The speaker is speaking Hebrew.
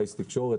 אייס תקשורת,